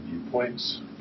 viewpoints